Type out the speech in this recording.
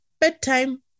bedtime